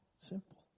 simple